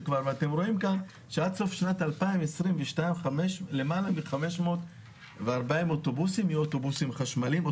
שאתם רואים כאן שעד סוף 2022 למעלה מ-540 אוטובוסים יהיו חשמליים,